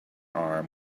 arm